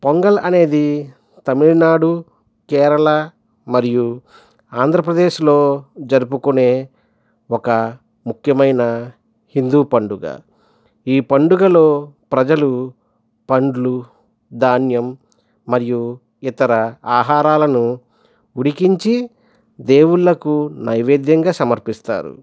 పొంగల్ అనేది తమిళనాడు కేరళ మరియు ఆంధ్రప్రదేశ్లో జరుపుకునే ఒక ముఖ్యమైన హిందూ పండుగ ఈ పండుగలో ప్రజలు పండ్లు ధాన్యం మరియు ఇతర ఆహారాలను ఉడికించి దేవుళ్ళకు నైవేద్యంగా సమర్పిస్తారు